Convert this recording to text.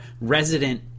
resident